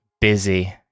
busy